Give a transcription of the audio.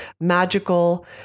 magical